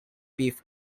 beef